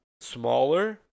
smaller